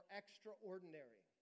extraordinary